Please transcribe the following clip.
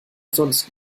sonst